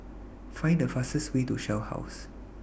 Find The fastest Way to Shell House